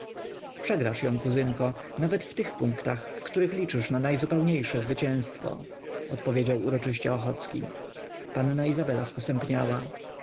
przegrasz ją kuzynko nawet w tych punktach w których liczysz na najzupełniejsze zwycięstwo odpowiedział uroczyście ochocki panna izabela sposępniała